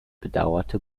bedauerte